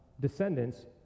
descendants